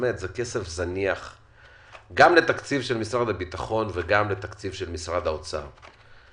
זה כסף זניח בתקציב משרד הביטחון ובתקציב משרד האוצר.